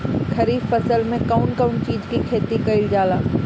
खरीफ फसल मे कउन कउन चीज के खेती कईल जाला?